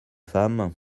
femme